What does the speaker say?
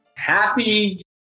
Happy